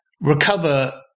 recover